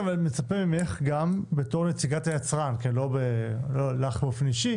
גברתי, בתור נציגת היצרן לא ממך באופן אישי